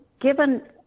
given